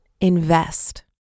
invest